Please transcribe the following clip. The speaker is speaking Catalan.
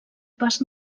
pas